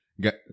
got